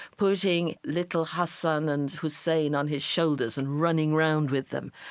putting little hassan and hussein on his shoulders and running around with them,